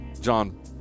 John